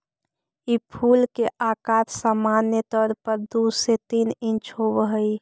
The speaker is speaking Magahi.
ई फूल के अकार सामान्य तौर पर दु से तीन इंच होब हई